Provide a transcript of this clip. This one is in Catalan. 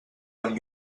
amb